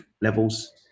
levels